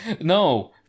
No